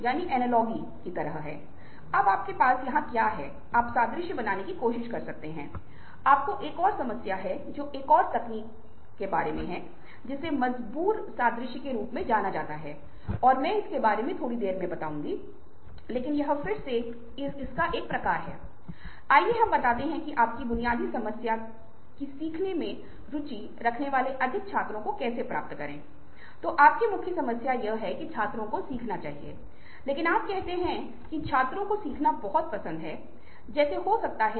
इसलिए विशेष रूप से यदि आप देखते हैं कि भारतीय परिदृश्य में बहुत अच्छा उदाहरण है तो हो सकता है कि आप में से बहुत से लोग जानते हों कि शादियां हो रही हैं क्योंकि ये बहुत अच्छे मध्य व्यक्ति हैं या दोनों पक्षों को जानते हैं और फिर एक दूसरे को समझाने की कोशिश कर रहे हैं इस मध्यस्थ या तीसरे पक्ष की भूमिका बहुत महत्वपूर्ण हो जाती है